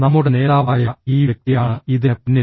നമ്മുടെ നേതാവായ ഈ വ്യക്തിയാണ് ഇതിന് പിന്നിൽ